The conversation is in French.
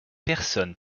personne